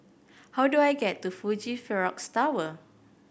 how do I get to Fuji Xerox Tower